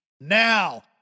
Now